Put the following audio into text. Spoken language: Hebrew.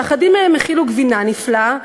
שאחדים מהם הכילו גבינה נפלאה,